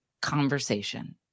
conversation